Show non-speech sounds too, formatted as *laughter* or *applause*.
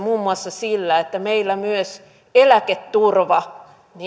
*unintelligible* muun muassa sillä että meillä myös eläketurva